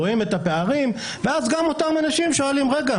רואים את הפערים ואז גם אותם אנשים שואלים: רגע,